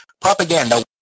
Propaganda